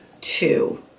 two